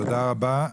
תודה רבה.